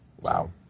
Wow